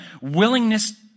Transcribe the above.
Willingness